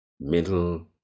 middle